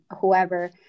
whoever